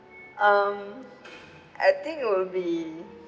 um I think will be